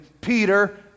Peter